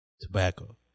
Tobacco